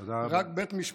תודה רבה.